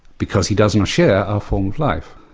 because he doesn't share our form of life.